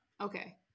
Okay